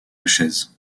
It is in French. chaise